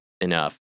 enough